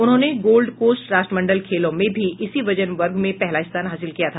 उन्होंने Gold Coast राष्ट्रमंडल खेलों में भी इसी वजन वर्ग में पहला स्थान हासिल किया था